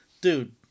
dude